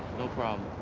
no problem.